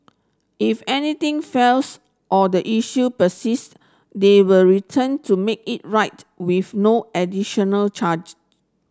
if anything fails or the issue persist they were return to make it right with no additional charge